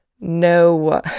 no